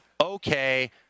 okay